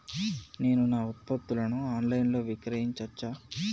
నేను నా ఉత్పత్తులను ఆన్ లైన్ లో విక్రయించచ్చా?